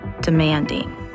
demanding